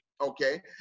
okay